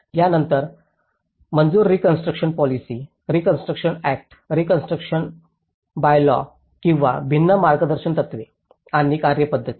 त्यानंतर मंजूर reconstruction policy reconstruction act reconstruction bylaw किंवा भिन्न मार्गदर्शक तत्त्वे आणि कार्यपद्धती